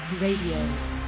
Radio